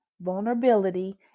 vulnerability